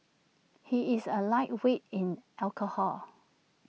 he is A lightweight in alcohol